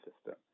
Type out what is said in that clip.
system